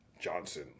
Johnson